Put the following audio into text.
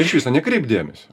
iš viso nekreipk dėmesio